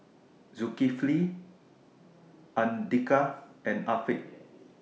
Zulkifli Andika and Afiq